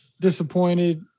disappointed